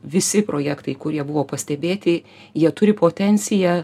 visi projektai kurie buvo pastebėti jie turi potenciją